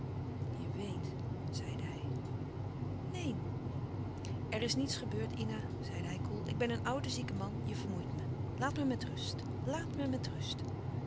je weet zeide hij neen er is niets gebeurd ina zeide hij koel ik ben een oude zieke man je vermoeit me laat me met rust laat me met rust